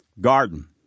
Garden